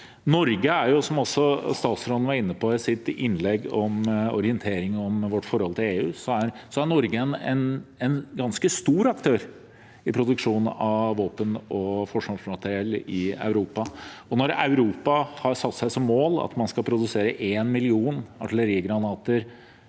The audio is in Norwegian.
Som statsråden var inne på i sitt innlegg om orientering om vårt forhold til EU: Norge er en ganske stor aktør i produksjon av våpen og forsvarsmateriell i Europa. Europa har satt seg som mål at man skal produsere en million artillerigranater